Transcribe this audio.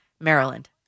Maryland